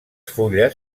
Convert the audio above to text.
fulles